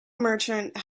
merchant